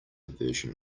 version